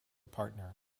partner